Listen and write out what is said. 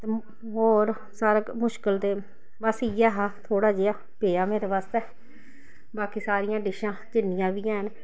ते होर सारा मुश्कल ते बस इ'यै हा थोह्ड़ा जेहा पेआ मेरे बास्ते बाकी सारियां डिशां जिन्नियां बी हैन